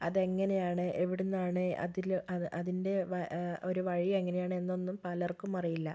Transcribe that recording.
അതെങ്ങനെയാണ് എവിടെ നിന്നാണ് അതിൽ അതിൻ്റെ ഒരു വഴിയെങ്ങനെയാണെന്നൊന്നും പലർക്കും അറിയില്ല